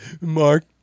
Mark